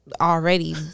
already